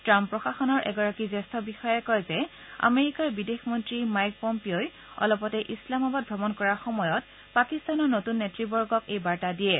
Trump প্ৰশাসনৰ এগৰাকী জ্যেষ্ঠ বিষয়াই কয় যে আমেৰিকাৰ বিদেশ মন্ত্ৰী মাইক পম্পীয়ই অলপতে ইছলামাবাদ ভ্ৰমণ কৰাৰ সময়ত পাকিস্তানৰ নতুন নেত়বৰ্গক এই বাৰ্তা দিয়ে